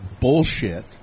bullshit